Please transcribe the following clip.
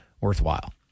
worthwhile